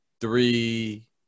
three